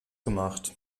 gemacht